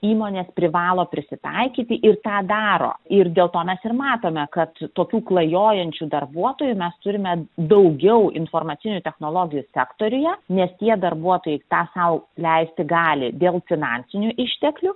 įmonės privalo prisitaikyti ir tą daro ir dėl to mes ir matome kad tokių klajojančių darbuotojų mes turime daugiau informacinių technologijų sektoriuje nes tie darbuotojai tą sau leisti gali dėl finansinių išteklių